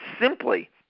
simply